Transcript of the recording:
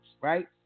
right